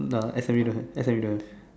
no S_M_U don't have S_M_U don't have